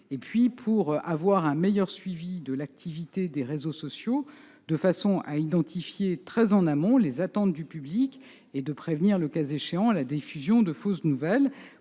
aussi d'avoir un meilleur suivi de l'activité des réseaux sociaux de façon à identifier très en amont les attentes du public et de prévenir, le cas échéant, la diffusion de fausses nouvelles.